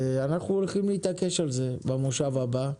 אנחנו הולכים להתעקש על זה במושב הבא.